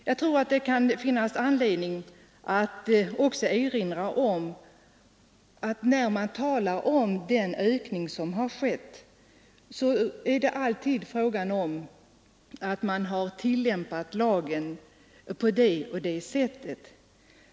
Jag tror det kan finnas anledning att påpeka att när man talar om den ökning som har skett är förklaringen alltid att lagen har tillämpats alltmer liberalt.